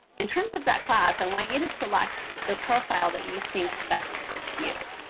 in terms of that class, i want you to select the profile that you think best fits you.